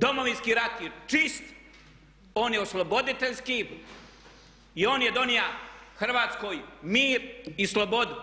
Domovinski rat je čist, on je osloboditeljski i on je donio Hrvatskoj mir i slobodu